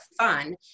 fun